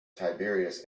tiberius